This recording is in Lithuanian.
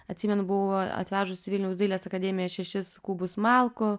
atsimenu buvau atvežus į vilniaus dailės akademiją šešis kubus malkų